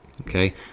Okay